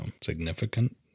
significant